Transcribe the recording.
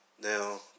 Now